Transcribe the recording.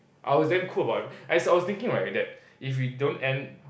I was damn cool about I was thinking right if that if we don't end